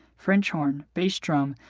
french horn, bass drum,